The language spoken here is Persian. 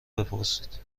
بپرسید